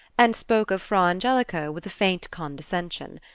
and spoke of fra angelico with a faint condescension.